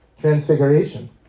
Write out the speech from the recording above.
transfiguration